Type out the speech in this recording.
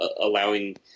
allowing